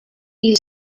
hil